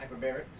hyperbaric